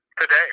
today